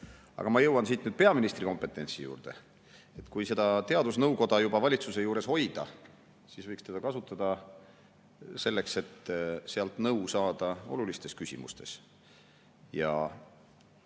ma jõuan nüüd peaministri kompetentsi juurde. Kui seda teadusnõukoda juba valitsuse juures hoida, siis võiks seda kasutada selleks, et sealt olulistes küsimustes